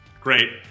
great